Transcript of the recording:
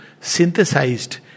synthesized